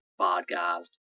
podcast